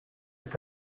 est